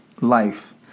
life